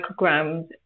micrograms